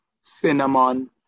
cinnamon